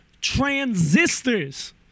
transistors